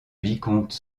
vicomte